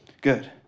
good